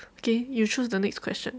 okay you choose the next question